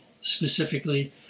Specifically